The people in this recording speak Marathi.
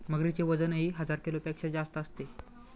मगरीचे वजनही हजार किलोपेक्षा जास्त असते